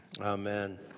Amen